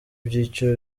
byiciro